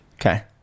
Okay